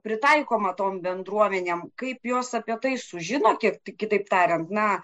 pritaikoma tom bendruomenėm kaip jos apie tai sužino kiek tik kitaip tariant na